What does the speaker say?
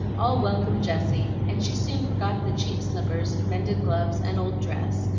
all welcomed jessie, and she soon forgot the cheap slippers, mended gloves, and old dress,